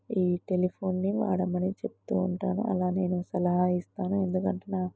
ఈ టెలిఫోన్ని వాడమని చెప్తు ఉంటాను అలా నేను సలహా ఇస్తాను ఎందుకంటే నా